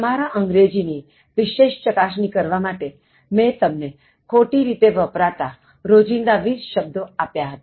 તમારા અંગ્રેજી ની વિશેષ ચકાસણી કરવા માટે મેં તમને ખોટી રીતે વપરાતા રોજિંદા 20 શબ્દો આપ્યા હતા